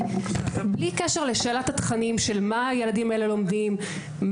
כי בלי קשר לשאלת התכנים של מה הילדים האלה לומדים,